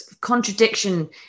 contradiction